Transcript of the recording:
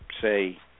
say